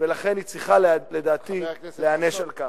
ולכן היא צריכה, לדעתי, להיענש על כך.